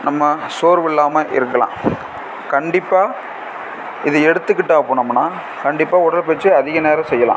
நம்ம சோர்வு இல்லாமல் இருக்கலாம் கண்டிப்பாக இது எடுத்துக்கிட்டால் போனோம்னால் கண்டிப்பாக உடற்பயிற்சி அதிக நேரம் செய்யலாம்